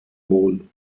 wohl